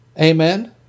Amen